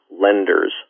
lenders